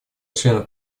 членов